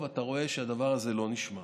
ואתה רואה שהדבר הזה לא נשמר.